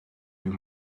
you